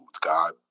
God